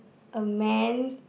a man